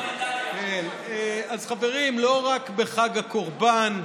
אז חברים, לא רק בחג הקורבן,